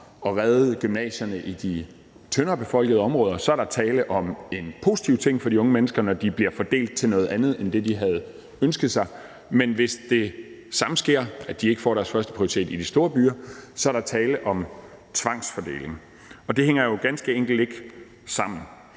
at redde gymnasierne i de tyndere befolkede områder, så er der tale om en positiv ting for de unge mennesker, når de bliver fordelt til noget andet end det, de havde ønsket sig, men at hvis det samme sker, altså at de ikke får deres førsteprioritet i de store byer, så er der tale om tvangsfordeling. Og det hænger jo ganske enkelt ikke sammen.